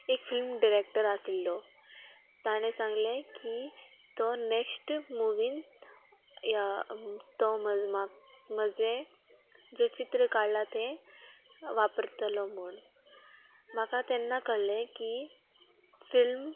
एक film director आशिल्लो ताणें सांगलें की तो नॅक्स्ट मुवीन तो म्हाक म्हजें जें चित्र काडलां तें वापरतलो म्हूण म्हाका तेन्ना कळ्ळें की फिल्म